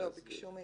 ביקשו מאתנו.